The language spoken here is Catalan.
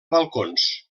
balcons